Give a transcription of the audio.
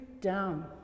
down